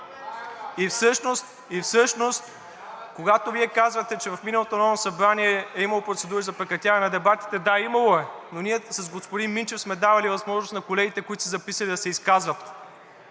И всъщност, когато Вие казвате, че в миналото Народно събрание е имало процедури за прекратяване на дебатите – да, имало е, но с господин Минчев сме давали възможност на колегите, които са се записали, да се изказват